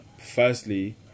firstly